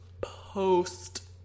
post